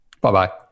bye-bye